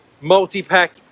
multi-pack